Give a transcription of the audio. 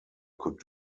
could